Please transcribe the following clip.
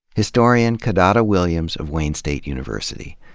historian kidada williams of wayne state university.